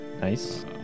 Nice